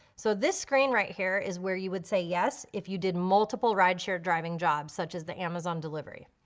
so this screen right here is where you would say yes if you did multiple rideshare driving jobs such as the amazon delivery.